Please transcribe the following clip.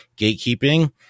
gatekeeping